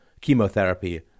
chemotherapy